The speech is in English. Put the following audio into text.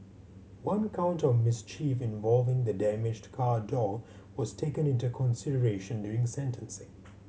one count of mischief involving the damaged car door was taken into consideration during sentencing